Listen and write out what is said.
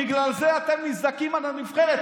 בגלל זה אתם מזדעקים על הנבחרת.